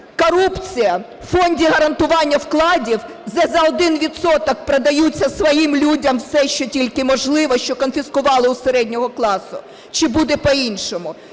корупція у Фонді гарантування вкладів, де за 1 відсоток продаються своїм людям все, що тільки можливо, що конфіскували у середнього класу, чи буде по-іншому?